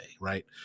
right